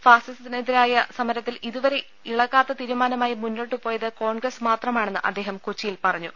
ഫാസിസത്തിനെതിരായ സമര ത്തിൽ ഇതുവരെ ഇളകാത്ത തീരുമാനമായി മുന്നോട്ട് പോയത് കോൺഗ്രസ് മാത്രമാണെന്ന് അദ്ദേഹം കൊച്ചിയിൽ പറഞ്ഞു